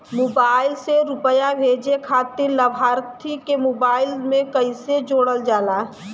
Mobile से रूपया भेजे खातिर लाभार्थी के मोबाइल मे कईसे जोड़ल जाला?